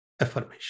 Affirmation